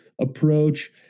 approach